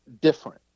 different